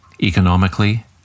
economically